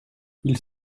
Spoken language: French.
ils